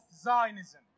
Zionism